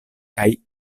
kaj